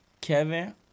Kevin